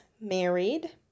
married